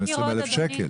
אני